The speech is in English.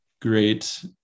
great